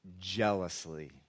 jealously